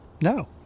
no